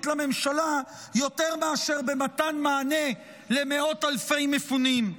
לממשלה יותר מאשר במתן מענה למאות אלפי מפונים.